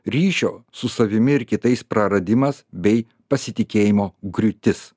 ryšio su savimi ir kitais praradimas bei pasitikėjimo griūtis